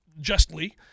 justly